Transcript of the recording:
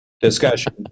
discussion